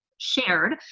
shared